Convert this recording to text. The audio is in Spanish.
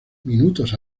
minutos